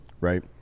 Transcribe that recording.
right